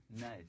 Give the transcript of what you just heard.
Nice